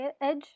Edge